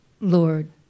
Lord